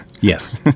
Yes